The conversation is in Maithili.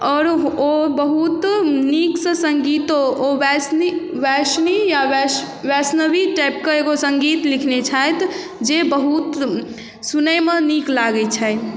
आओर ओ बहुत नीक सँ सङ्गीतो ओ वैष्णी वैशवी या वै वैष्णवी टाइपके एगो सङ्गीत लिखने छथि जे बहुत सुनै मे नीक लागै छै